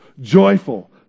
Joyful